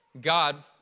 God